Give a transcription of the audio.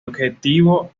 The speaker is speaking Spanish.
objetivo